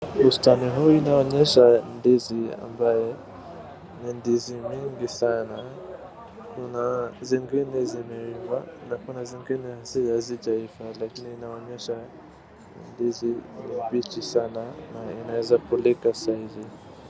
Bustani huu unaonyesha ndizi ambaye ni ndizi mingi sana. Kuna zingine zieiva na kuna zingingine hazijaiva lakini inaonyesha ndizi mbichi sana na inaweza kulika saa hizi.